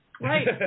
Right